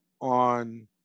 on